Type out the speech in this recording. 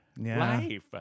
life